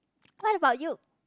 what about you